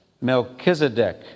Melchizedek